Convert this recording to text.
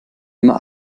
immer